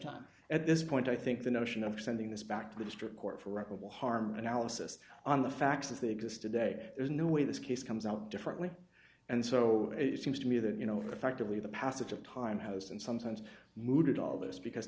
time at this point i think the notion of sending this back to the district court for reparable harm analysis on the facts as they exist today there's no way this case comes out differently and so it seems to me that you know effectively the passage of time has and sometimes mooted all this because